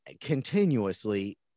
continuously